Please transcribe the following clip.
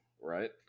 right